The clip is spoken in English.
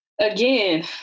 again